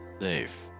Safe